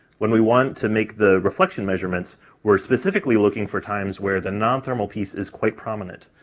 when we want to make the reflection measurements we're specifically looking for times where the non-thermal piece is quite prominent,